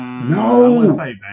No